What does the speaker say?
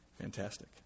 fantastic